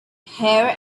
heir